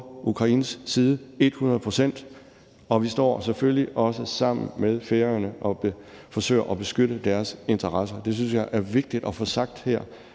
procent, og vi står selvfølgelig også sammen med Færøerne og vil forsøge at beskytte deres interesser. Det synes jeg er vigtigt at få sagt her,